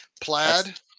plaid